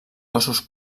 cossos